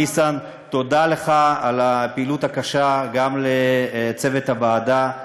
ניסן, תודה לך על הפעילות הקשה, וגם לצוות הוועדה.